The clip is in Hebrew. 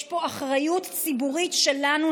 יש פה אחריות ציבורית שלנו,